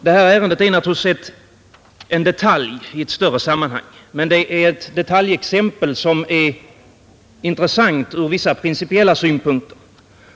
Det här ärendet är naturligtvis en detalj i ett större sammanhang, men det är ett detaljexempel som är intressant ur vissa principiella synpunkter.